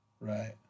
Right